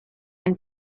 and